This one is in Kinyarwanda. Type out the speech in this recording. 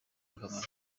akamaro